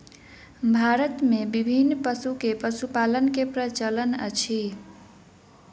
भारत मे विभिन्न पशु के पशुपालन के प्रचलन अछि